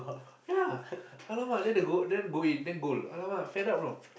ya !alamak! then the goal then go in then goal !alamak! fed up you know